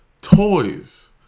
Toys